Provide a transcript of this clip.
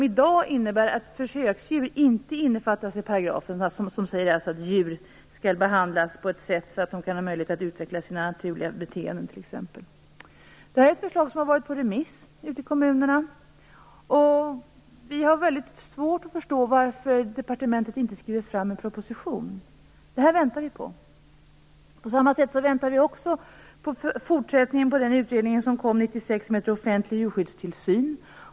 I dag innefattas inte försöksdjur i paragrafen, som alltså säger att djur skall behandlas på ett sådant sätt att de har möjlighet att utveckla sina naturliga beteenden t.ex. Det här är ett förslag som har varit ute på remiss i kommunerna. Vi har väldigt svårt att förstå varför departementet inte skriver en proposition. Det här väntar vi på. Vi väntar också på en fortsättning på den utredning som kom 1996 som heter Offentlig djurskyddstillsyn.